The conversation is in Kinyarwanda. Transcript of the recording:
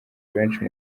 benshi